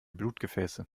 blutgefäße